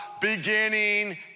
beginning